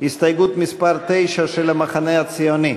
הסתייגות מס' 9 של המחנה הציוני,